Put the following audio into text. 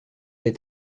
est